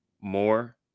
more